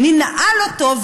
ננעל אותו,